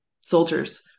soldiers